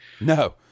No